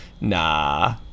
nah